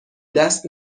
دست